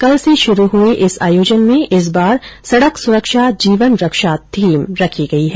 कल से शुरू हए इस आयोजन में इस बार सड़क सुरक्षा जीवन रक्षा थीम रखी गई है